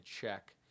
check